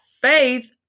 faith